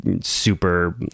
super